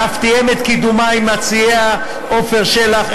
ואף תיאם את קידומה עם מציעיה עפר שלח,